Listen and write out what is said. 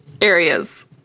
areas